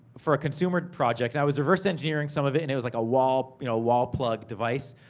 for a consumer project. i was reverse engineering some of it, and it was like a wall you know wall plug device.